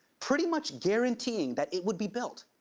pretty much guaranteeing that it would be built.